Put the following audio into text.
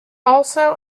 also